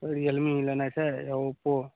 real me लेनाइ छै या ओप्पो